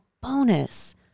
bonus